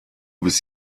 bist